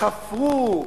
חפרו,